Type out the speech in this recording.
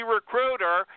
Recruiter